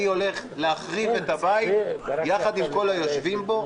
אני הולך להחריב את הבית יחד עם כל היושבים בו.